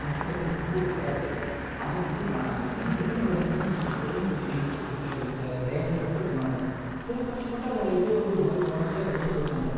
ஜல்லிக்கட்டுங்கிறது ஒரு விளையாட்டு அதை வந்து ம இது மிருகங்களை வந்து நீங்கள் கொடுமைப்படுத்துறீங்கன்னு சொல்லிட்டு சிலர் இந்த விளையாட்டையே நிறுத்த சொன்னாங்க சிலர் கஷ்டப்பட்டு அதை எப்படியோ வந்து ஒரு மாதிரி போராடி அதை கொண்டு போய்ட்டாங்க